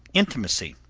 intimacy,